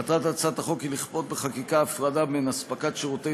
מטרת הצעת החוק היא לכפות בחקיקה הפרדה בין אספקת שירותי